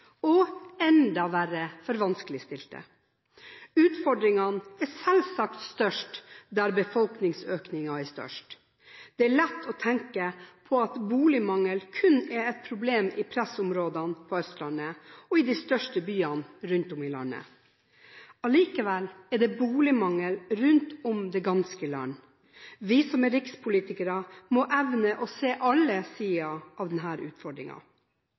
er enda verre for vanskeligstilte. Utfordringene er selvsagt størst der befolkningsøkningen er størst. Det er lett å tenke på at boligmangel kun er et problem i pressområdene på Østlandet og i de største byene rundt om i landet. Allikevel er det boligmangel rundt om i det ganske land. Vi som er rikspolitikere må evne å se alle sider av